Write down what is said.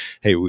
hey